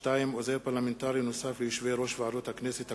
2. עוזר פרלמנטרי נוסף ליושבי-ראש ועדות הכנסת הקבועות,